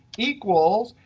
equals,